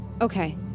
Okay